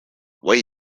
wei